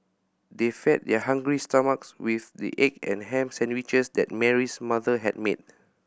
they fed their hungry stomachs with the egg and ham sandwiches that Mary's mother had made